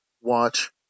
watch